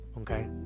okay